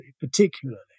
particularly